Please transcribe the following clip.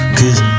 cause